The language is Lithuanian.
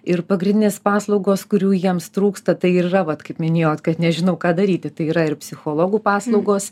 ir pagrindinės paslaugos kurių jiems trūksta tai ir yra vat kaip minėjot kad nežinau ką daryti tai yra ir psichologų paslaugos